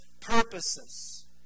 purposes